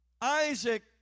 Isaac